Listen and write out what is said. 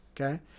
okay